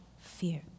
fear